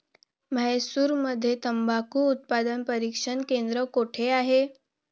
म्हैसूरमध्ये तंबाखू उत्पादन प्रशिक्षण केंद्र कोठे आहे?